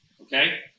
okay